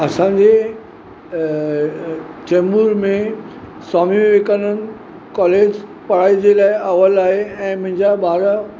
असांजे चेम्बूर में स्वामी विवेकानंद कॉलेज पढ़ाई जे लाइ अवल आहे ऐं मुंहिंजा ॿार